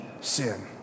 sin